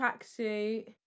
tracksuit